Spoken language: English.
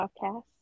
podcast